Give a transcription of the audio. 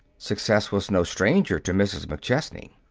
success was no stranger to mrs. mcchesney.